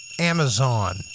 Amazon